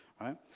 right